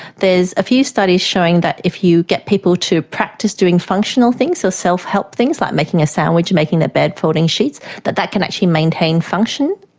there's a few studies showing that if you get people to practice doing functional things or so self-help things, like making a sandwich, making their bed, folding sheets, that that can actually maintain function.